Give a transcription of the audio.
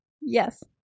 Yes